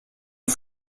ont